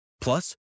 Plus